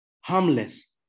harmless